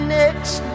next